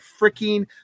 freaking